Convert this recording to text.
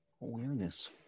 Awareness